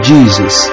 Jesus